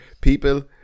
People